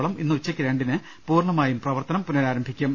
വളം ഇന്ന് ഉച്ചയ്ക്ക് രണ്ടിന് പൂർണ്ണമായും പ്രവർത്തനം പുനരാരംഭിക്കും